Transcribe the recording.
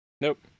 Nope